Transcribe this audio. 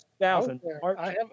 2000